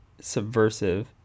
subversive